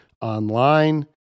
online